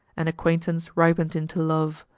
and acquaintance ripened into love.